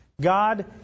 God